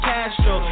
Castro